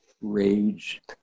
rage